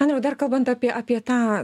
andriau dar kalbant apie apie tą